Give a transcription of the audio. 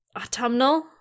autumnal